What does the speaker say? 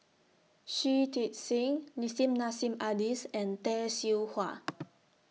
Shui Tit Sing Nissim Nassim Adis and Tay Seow Huah